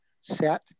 set